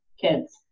kids